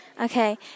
Okay